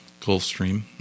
Gulfstream